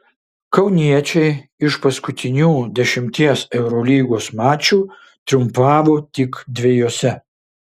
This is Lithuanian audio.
kauniečiai iš paskutinių dešimties eurolygos mačų triumfavo tik dviejuose